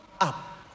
up